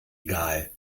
egal